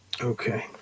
Okay